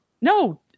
No